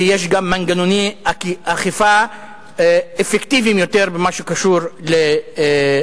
כי יש גם מנגנוני אכיפה אפקטיביים יותר במה שקשור לנשים.